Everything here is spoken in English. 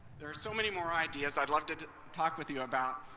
there are so many more ideas i'd love to talk with you about.